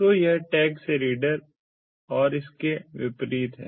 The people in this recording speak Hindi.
तो यह टैग से रीडर और इसके विपरीत है